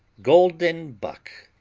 golden buck